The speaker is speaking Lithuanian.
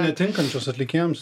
netinkančios atlikėjams